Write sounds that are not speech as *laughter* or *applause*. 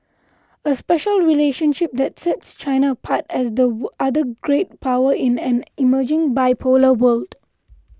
a special relationship that sets China apart as the *hesitation* other great power in an emerging bipolar world